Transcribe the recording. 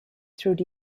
through